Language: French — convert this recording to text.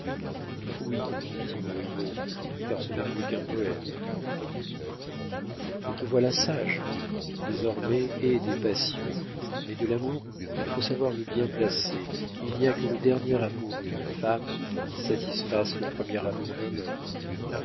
oui dit montriveau car ce n'est plus qu'un poème te voilà sage désormais aie des passions mais de l'amour il faut savoir le bien placer et il n'y a que le dernier amour d'une femme qui satisfasse le premier amour d'un homme